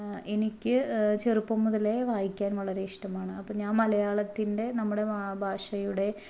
എനിക്ക് ചെറുപ്പം മുതലേ വായിക്കാൻ വളരെ ഇഷ്ടമാണ് അപ്പോൾ ഞാൻ മലയാളത്തിൻ്റെ നമ്മുടെ മാതൃ ഭാഷയുടെ